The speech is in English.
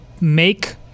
make